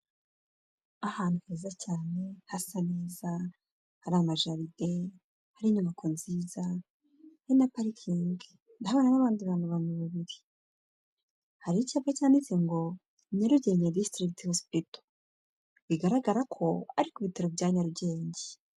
Ahantu heza cyane hasa neza, hari amajaride, hari inyubako nziza, hari na parikingi, hari n'abandi bantu babiri, hari icyapa cyanditse ngo: Nyarugenge district hospital, bigaragara ko ari ku bitaro bya Nyarugenge.